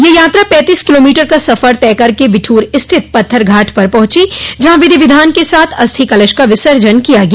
यह यात्रा पैंतीस किलोमीटर का सफर तय करके बिठूर स्थित पत्थर घाट पर पहुंचा जहां विधि विधान के साथ अस्थि कलश का विसर्जन किया गया